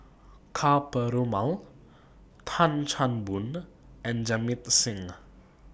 Ka Perumal Tan Chan Boon and Jamit Singh